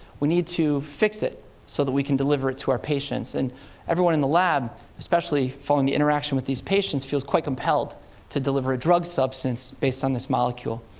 we need to fix it so we can deliver it to our patients. and everyone in the lab, especially following the interaction with these patients, feels quite compelled to deliver a drug substance based on this molecule.